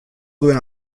duen